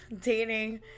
dating